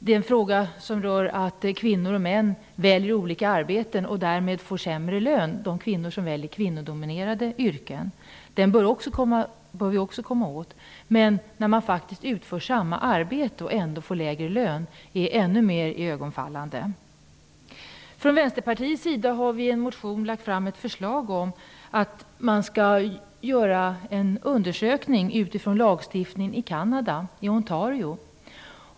Den fråga som rör att kvinnor och män väljer olika arbeten och att man får sämre löner i kvinnodominerade yrken bör vi också komma åt. Men det är ännu mer iögonenfallande när man faktiskt utför samma arbete och ändå får lägre lön. Vänsterpartiet har i en motion föreslagit att man skall göra en undersökning utifrån lagstiftningen i Ontario i Canada.